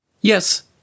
Yes